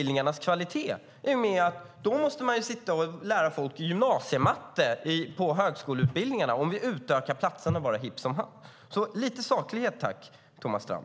Om vi utökar platserna hipp som happ måste man sitta och lära folk gymnasiematte på högskoleutbildningarna. Lite saklighet, tack, Thomas Strand!